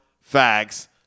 facts